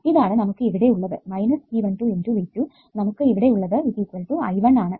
ഇതാണ് നമുക്ക് ഇവിടെ ഉള്ളത് G12 × V2 നമുക്ക് ഇവിടെ ഉള്ളത് I1 ആണ്